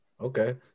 okay